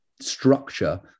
structure